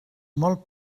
molt